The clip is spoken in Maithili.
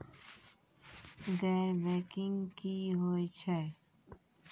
गैर बैंकिंग की होय छै?